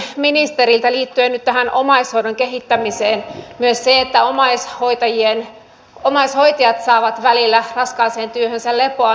kysyisin ministeriltä liittyen nyt tähän omaishoidon kehittämiseen koska myös se että omaishoitajat saavat välillä raskaaseen työhönsä lepoa on hyvin tärkeää